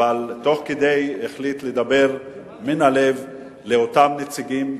אבל תוך כדי החליט לדבר מן הלב אל אותם נציגים,